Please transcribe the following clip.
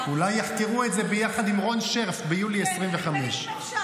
אולי יחקרו את זה ביחד עם רון שרף ביולי 2025. אם אפשר,